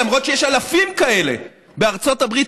למרות שיש אלפים כאלה בארצות הברית,